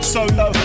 Solo